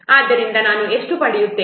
ಆದ್ದರಿಂದ ನಾನು ಎಷ್ಟು ಪಡೆಯುತ್ತೇನೆ